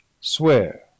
Swear